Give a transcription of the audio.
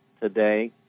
today